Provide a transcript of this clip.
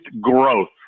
growth